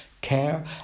care